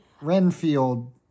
Renfield